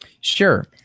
Sure